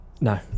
No